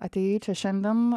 atėjai čia šiandien